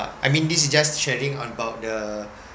I mean this is just sharing about the